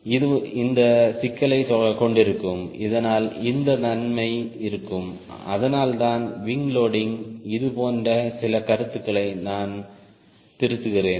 இது இந்த சிக்கலைக் கொண்டிருக்கும் இதனால் இந்த நன்மை இருக்கும் அதனால்தான் விங் லோடிங் போன்ற சில கருத்துக்களை நான் திருத்துகிறேன்